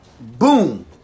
boom